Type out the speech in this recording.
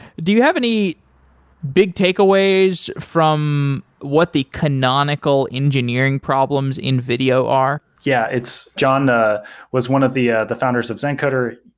do you have any big takeaways from what the canonical engineering problems in video are? yeah, john ah was one of the ah the founders of zencoder,